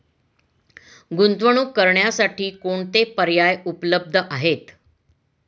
गुंतवणूक करण्यासाठी कोणते पर्याय उपलब्ध आहेत?